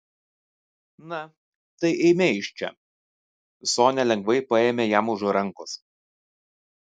na tai eime iš čia sonia lengvai paėmė jam už rankos